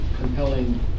compelling